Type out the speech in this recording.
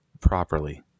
properly